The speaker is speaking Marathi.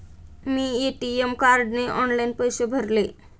मी ए.टी.एम कार्डने ऑनलाइन पैसे भरले